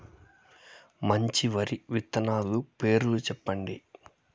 మంచి వరి విత్తనాలు పేర్లు చెప్పండి?